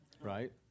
Right